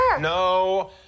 no